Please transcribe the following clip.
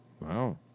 Wow